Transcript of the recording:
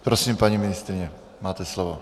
Prosím, paní ministryně, máte slovo.